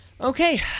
Okay